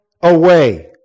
away